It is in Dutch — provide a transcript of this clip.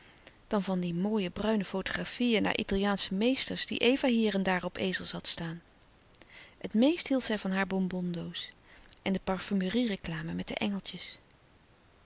dan van de mooie bruine fotografieën naar italiaansche meesters die eva hier en daar op ezels had staan het meest hield zij van haar bonbon doos en de parfumerie reclame met de engeltjes